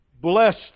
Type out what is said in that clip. Blessed